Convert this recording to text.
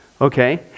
Okay